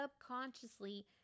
subconsciously